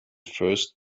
first